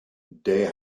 day